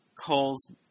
calls